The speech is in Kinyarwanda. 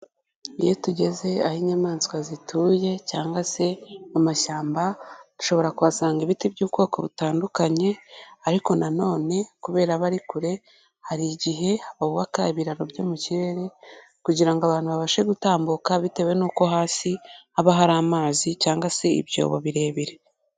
Iyo tugeze aho inyamaswa zituye cyangwa se mu mashyamba, dushobora kuhasanga ibiti by'ubwoko butandukanye ariko na none kubera aba ari kure hari igihe bubaka ibiraro byo mu kirere kugira ngo abantu babashe gutambuka bitewe n'uko hasi haba hari amazi cyangwa se ibyobo birebire.